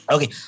Okay